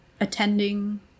attending